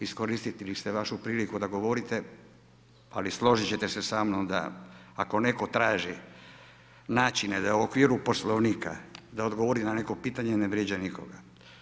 Iskoristili ste vašu priliku da govorite, ali složit ćete se sa mnom ako neko traži način da u okviru Poslovnika da odgovori na neki pitanje ne vrijeđa nikoga.